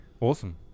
awesome